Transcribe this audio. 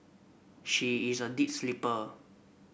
she is a deep sleeper